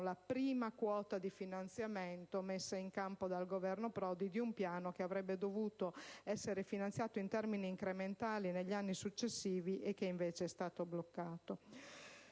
la prima quota di finanziamento messa in campo dal Governo Prodi di un piano che avrebbe dovuto essere finanziato in termini incrementali negli anni successivi e che invece è stato bloccato.